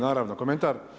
Naravno, komentar.